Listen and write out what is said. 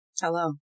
Hello